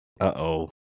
Uh-oh